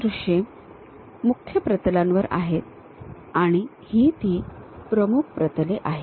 ही दृश्ये मुख्य प्रतलांवर आहेत आणि ही ती मुख्य प्रतले आहेत